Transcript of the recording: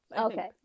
Okay